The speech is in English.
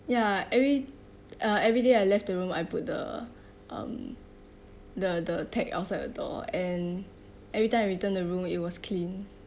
ya every uh everyday I left the room I put the um the the tag outside the door and every time I return the room it was clean